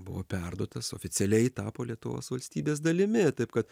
buvo perduotas oficialiai tapo lietuvos valstybės dalimi taip kad